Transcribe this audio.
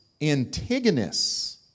Antigonus